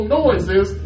noises